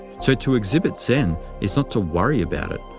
so to exhibit zen is not to worry about it,